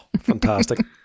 fantastic